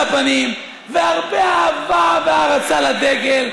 עם חיוך על הפנים והרבה אהבה והערצה לדגל,